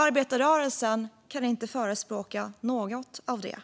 Arbetarrörelsen kan inte förespråka något av detta,